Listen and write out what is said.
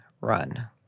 run